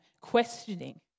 Questioning